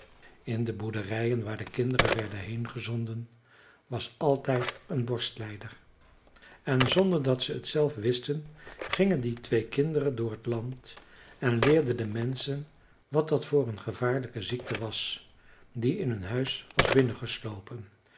in de boerderijen waar de kinderen werden heengezonden was altijd een borstlijder en zonder dat ze t zelf wisten gingen die twee kinderen door het land en leerden de menschen wat dat voor een gevaarlijke ziekte was die in hun huis was